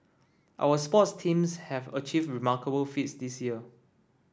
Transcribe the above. our sports teams have achieved remarkable feats this year